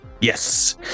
yes